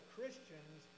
Christians